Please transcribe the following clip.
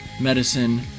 medicine